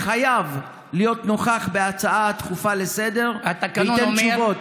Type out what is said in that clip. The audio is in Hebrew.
חייב להיות נוכח בהצעה דחופה לסדר-היום וייתן תשובות.